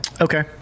Okay